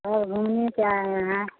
ओ घूमने के लिए आए हैं